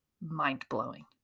mind-blowing